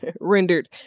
rendered